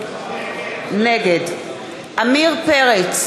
נגד עמיר פרץ,